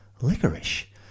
Licorice